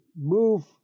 move